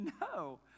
No